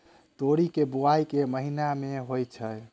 तोरी केँ बोवाई केँ महीना मे होइ छैय?